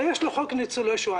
הרי יש לו חוק ניצולי שואה,